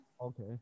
Okay